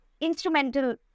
instrumental